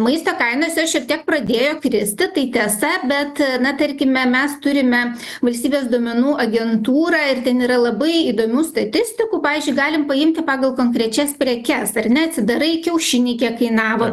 maisto kainos jos šiek tiek pradėjo kristi tai tiesa bet na tarkime mes turime valstybės duomenų agentūrą ir ten yra labai įdomių statistikų pavyzdžiui galim paimti pagal konkrečias prekes ar ne atsidarai kiaušiniai kiek kainavo